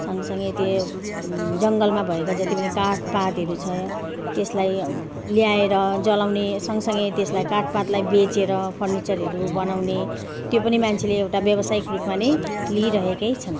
सँगसँगै त्यो जङ्गलमा भएको जति पनि काठपातहरू छ त्यसलाई ल्याएर जलाउने सँगसँगै त्यसलाई काठपातलाई बेचेर फर्निचरहरू बनाउने त्यो पनि मान्छेले एउटा व्यावसायिक रूपमा नै लिइरहेकै छन्